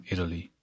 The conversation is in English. Italy